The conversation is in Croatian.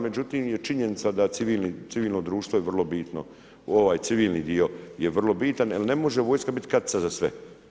Međutim je činjenica da civilno društvo je vrlo bitno, ovaj civilni dio je vrlo bitan jer ne može vojska biti Katica za sve.